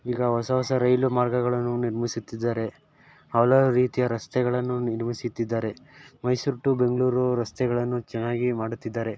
ಈಗ ಹೊಸ ಹೊಸ ರೈಲು ಮಾರ್ಗಗಳನ್ನು ನಿರ್ಮಿಸುತ್ತಿದ್ದಾರೆ ಹಲವು ರೀತಿಯ ರಸ್ತೆಗಳನ್ನು ನಿರ್ಮಿಸುತ್ತಿದ್ದಾರೆ ಮೈಸೂರು ಟು ಬೆಂಗಳೂರು ರಸ್ತೆಗಳನ್ನು ಚೆನ್ನಾಗಿ ಮಾಡುತ್ತಿದ್ದಾರೆ